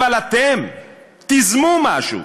אבל אתם תיזמו משהו.